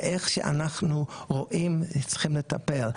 באיך שאנחנו רואים וצריכים לטפל,